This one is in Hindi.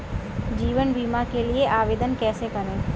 जीवन बीमा के लिए आवेदन कैसे करें?